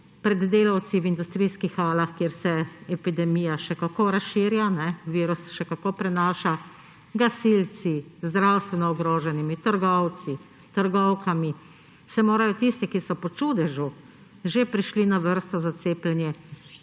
pred delavci v industrijskih halah, kjer se epidemija še kako razširja, se virus še kako prenaša, gasilci, zdravstveno ogroženimi, trgovci, trgovkami, se morajo tisti, ki so po čudežu že prišli na vrsto za cepljenje,